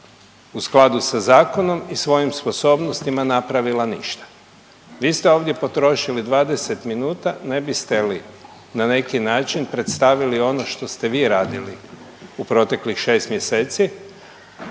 u skladu sa zakonom i svojim sposobnostima napravila ništa. Vi ste ovdje potrošili 20 minuta ne biste li na neki način predstavili ono što ste vi radili u proteklih 6 mjeseci